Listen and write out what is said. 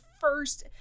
first